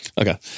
Okay